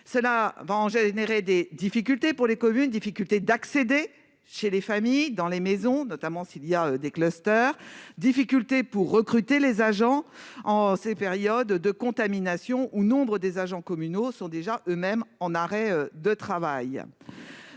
cela, bon j'ai générer des difficultés pour les communes, difficulté d'accéder chez les familles dans les maisons, notamment s'il y a des clusters, difficultés pour recruter les agents en ces périodes de contamination au nombre des agents communaux sont déjà eux-mêmes en arrêt de travail